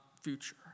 future